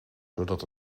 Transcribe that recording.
zodat